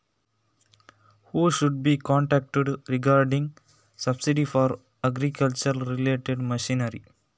ಕೃಷಿ ಸಂಬಂಧಿ ಯಂತ್ರೋಪಕರಣಗಳಿಗೆ ಸಬ್ಸಿಡಿ ಸಿಗುತ್ತದಾ? ಈ ಬಗ್ಗೆ ಯಾರನ್ನು ಸಂಪರ್ಕಿಸಬೇಕು?